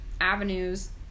avenues